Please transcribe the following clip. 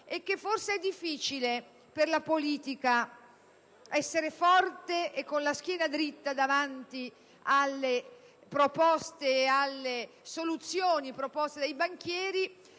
ma che forse è difficile per la politica essere forte e con la schiena diritta davanti alle soluzioni proposte dai banchieri,